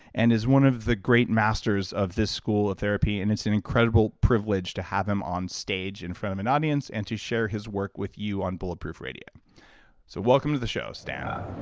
and is one of the great masters of this school of therapy. and it's an incredible privilege to have him onstage, in front of an audience, and to share his work with you on bulletproof radio so welcome to the show, stan